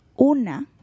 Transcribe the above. una